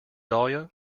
dahlia